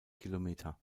kilometer